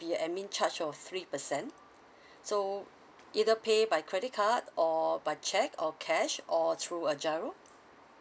be a admin charge of three percent so either pay by credit card or by cheque or cash or through uh GIRO